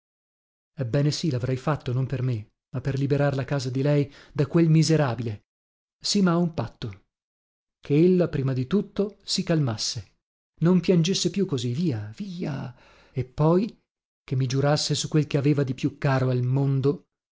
ebbene sì lavrei fatto non per me ma per liberar la casa di lei da quel miserabile sì ma a un patto che ella prima di tutto si calmasse non piangesse più così via via e poi che mi giurasse su quel che aveva di più caro al mondo